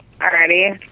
already